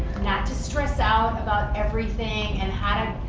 not to stress out about everything, and how to,